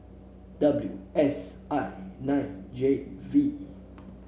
W S I nine J V